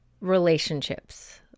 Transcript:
relationships